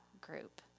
group